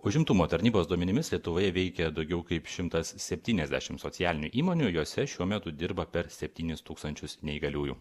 užimtumo tarnybos duomenimis lietuvoje veikė daugiau kaip šimtas septyniasdešimt socialinių įmonių jose šiuo metu dirba per septynis tūkstančius neįgaliųjų